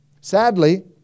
Sadly